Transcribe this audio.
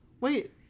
wait